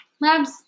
Labs